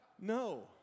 No